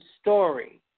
Story